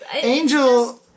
Angel